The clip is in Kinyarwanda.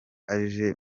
aje